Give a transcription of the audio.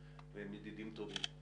כלום, והם ידידים טובים